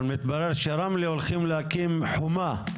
אבל מתברר שרמלה הולכים להקים חומה.